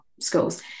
schools